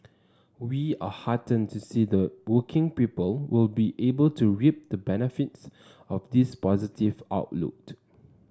we are heartened to see the working people will be able to reap the benefits of this positive outlook